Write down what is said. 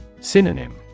Synonym